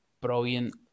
brilliant